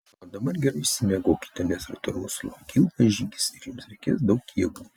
o dabar gerai išsimiegokite nes rytoj mūsų laukia ilgas žygis ir jums reikės daug jėgų